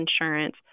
insurance